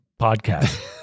podcast